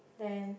then